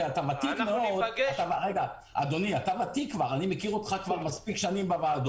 אני מכיר אותך מספיק שנים בוועדות.